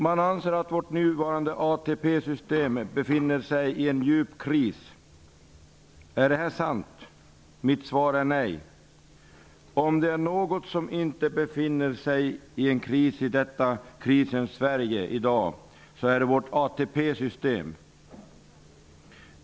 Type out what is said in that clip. Man anser att vårt nuvarande ATP-system befinner sig i en djup kris. Är det sant? Mitt svar är nej. Om det är något som inte befinner sig i en kris i detta krisens Sverige i dag är det vårt ATP-system.